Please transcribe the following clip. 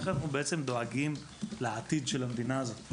איך אנחנו בעצם דואגים לעתיד של המדינה הזאת.